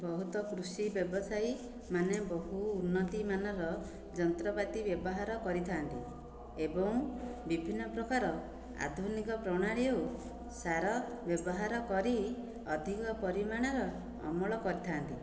ବହୁତ କୃଷି ବ୍ୟବସାୟୀମାନେ ବହୁ ଉନ୍ନତିମାନର ଯନ୍ତ୍ରପାତି ବ୍ୟବହାର କରିଥାନ୍ତି ଏବଂ ବିଭିନ୍ନ ପ୍ରକାର ଆଧୁନିକ ପ୍ରଣାଳୀ ଆଉ ସାର ବ୍ୟବହାର କରି ଅଧିକ ପରିମାଣର ଅମଳ କରିଥାଆନ୍ତି